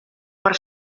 per